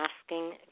asking